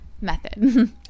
method